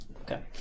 Okay